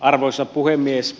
arvoisa puhemies